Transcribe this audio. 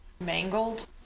mangled